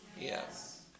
Yes